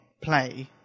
Play